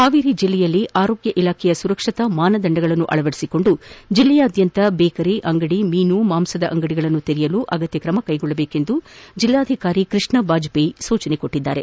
ಹಾವೇರಿ ಜಿಲ್ಲೆಯಲ್ಲಿ ಆರೋಗ್ಯ ಇಲಾಖೆಯ ಸುರಕ್ಷತಾ ಮಾನದಂಡಗಳನ್ನು ಅಳವಡಿಸಿಕೊಂಡು ಜಿಲ್ಲೆಯಾದ್ಯಂತ ಬೇಕರಿ ಅಂಗಡಿ ಮೀನು ಮತ್ತು ಮಾಂಸದ ಅಂಗಡಿಗಳನ್ನು ತೆರೆಯಲು ಅಗತ್ಯ ಕ್ರಮ ಕೈಗೊಳ್ಳುವಂತೆ ಜಿಲ್ಲಾಧಿಕಾರಿ ಕೃಷ್ಣ ಬಾಜಪೇಯಿ ಸೂಚಿಸಿದ್ದಾರೆ